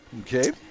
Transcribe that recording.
Okay